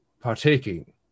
partaking